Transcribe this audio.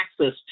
access